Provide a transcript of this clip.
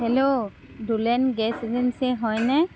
hello দুলেন gas agency হয়নে